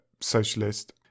socialist